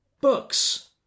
books